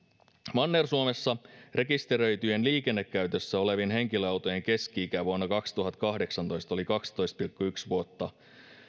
manner suomessa rekisteröityjen liikennekäytössä olevien henkilöautojen keski ikä vuonna kaksituhattakahdeksantoista oli kaksitoista pilkku yksi vuotta